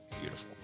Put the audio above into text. beautiful